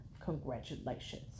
Congratulations